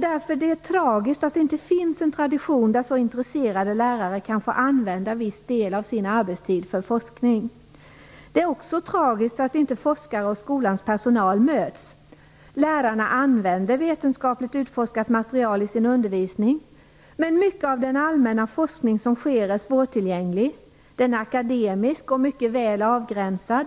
Det är tragiskt att det inte finns en tradition så att intresserade lärare kunde få använda en viss del av sin arbetstid till forskning. Det är också tragiskt att inte forskare och skolans personal möts. Lärarna använder vetenskapligt utforskat material i sin undervisning, men mycket av den allmänna forskning som sker är svårtillgänglig. Den är akademisk och mycket väl avgränsad.